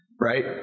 right